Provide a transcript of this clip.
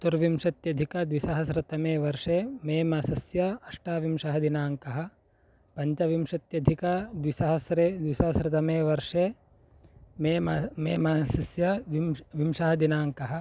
चतुर्विंशत्यधिकद्विसहस्रतमे वर्षे मे मासस्य अष्टाविंशः दिनाङ्कः पञ्चविंशत्यधिकद्विसहस्रे द्विसहस्रतमे वर्षे मे मा मे मासस्य विंशतिः विंशः दिनाङ्कः